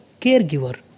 caregiver